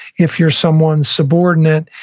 if you're someone subordinate,